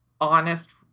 honest